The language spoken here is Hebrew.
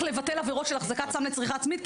לבטל עבירות של החזקת סם לצריכה עצמית,